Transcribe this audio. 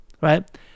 right